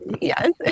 Yes